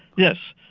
yes,